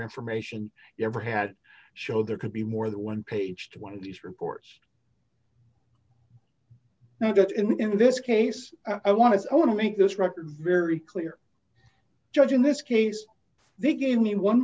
information you ever had showed there could be more than one page to one of these reports that got him in this case i want to say i want to make this record very clear judge in this case they gave me one